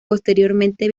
posteriormente